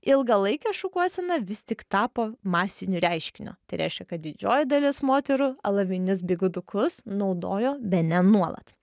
ilgalaikė šukuosena vis tik tapo masiniu reiškiniu tai reiškia kad didžioji dalis moterų alavinius bigudukus naudojo bene nuolat